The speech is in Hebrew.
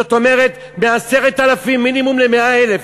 זאת אומרת, מ-10,000 מינימום ל-100,000.